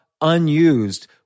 unused